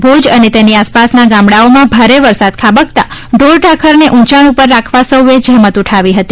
ભુજ અને તેની આસપાસના ગામડાંઓમાં ભારે વરસાદ ખાબકતાં ઢોરઢાંખરને ઊંચાણ ઉપર રાખવા સૌએ જ્રેમત ઊઠાવી હતી